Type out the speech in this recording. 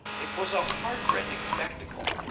it was a heart-rending spectacle,